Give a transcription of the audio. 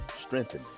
strengthen